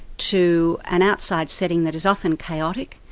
to an outside setting that is often chaotic,